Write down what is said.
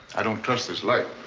i don't trust this light.